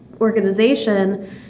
organization